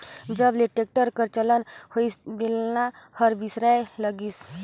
जब ले टेक्टर कर चलन होइस बेलना हर बिसराय लगिस